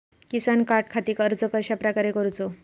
किसान कार्डखाती अर्ज कश्याप्रकारे करूचो?